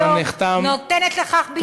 זמנך תם.